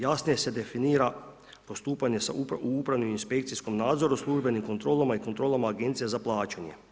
Jasnije se definira postupanje sa upravnom inspekcijskom nadzoru, službenim kontrolama i kontrolama agencija za plaćanje.